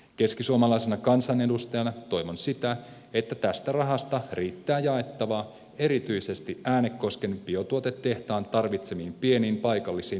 keskisuomalaisena kansanedustajana toivon sitä että tästä rahasta riittää jaettavaa erityisesti äänekosken biotuotetehtaan tarvitsemiin pieniin paikallisiin logistisiin hankkeisiin